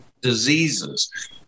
diseases